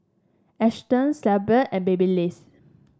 Astons Carlsberg and Babyliss